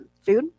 food